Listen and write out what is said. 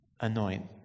anoint